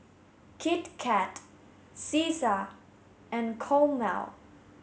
Kit Kat Cesar and Chomel